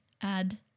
add